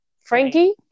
Frankie